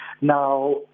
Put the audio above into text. Now